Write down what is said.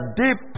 deep